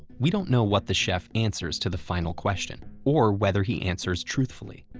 we don't know what the chef answers to the final question or whether he answers truthfully.